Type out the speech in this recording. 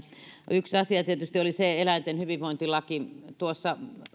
yksi asia tietysti oli eläinten hyvinvointilaki tuossa